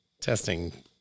testing